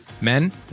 Men